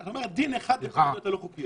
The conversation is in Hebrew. את אומרת דין אחד לכל הבניות הלא חוקיות.